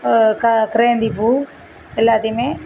க கிரேயேந்தி பூ எல்லாத்துயும்